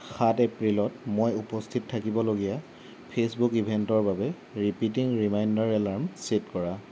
সাত এপ্ৰিলত মই উপস্থিত থাকিবলগীয়া ফেচবুক ইভেণ্টৰ বাবে ৰিপিটিং ৰিমাইণ্ডাৰ এলাৰ্ম ছেট কৰা